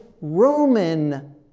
Roman